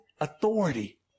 authority